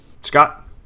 Scott